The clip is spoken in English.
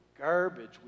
garbage